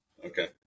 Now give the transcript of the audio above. Okay